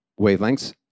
wavelengths